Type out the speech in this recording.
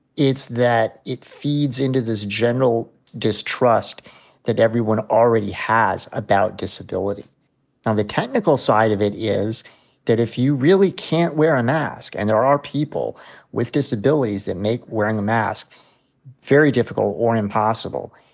it's that it feeds into this general distrust that everyone already has about disability. now the technical side of it is that if you really can't wear a mask and there are people with disabilities that make wearing a mask very difficult or impossible.